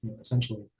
essentially